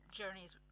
journeys